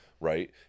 right